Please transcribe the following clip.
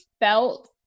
felt